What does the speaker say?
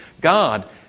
God